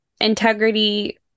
Integrity